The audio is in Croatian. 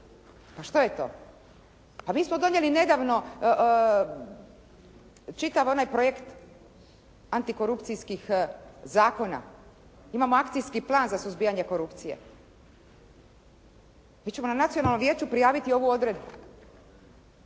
pa što je to? Pa mi smo donijeli nedavno čitav onaj projekt antikorupcijskih zakona. Imamo Akcijski plan za suzbijanje korupcije. Mi ćemo na Nacionalnom vijeću prijaviti ovu odredbu,